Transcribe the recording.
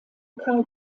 karl